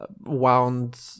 wound